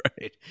right